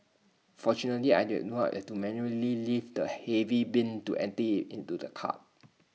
fortunately I did not have to manually lift the heavy bin to empty into the cart